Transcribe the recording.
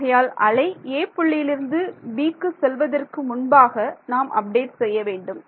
ஆகையால் அலை 'a' புள்ளியிலிருந்து 'b செல்வதற்கு முன்பாக நாம் அப்டேட் செய்ய வேண்டும்